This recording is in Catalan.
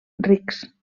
rics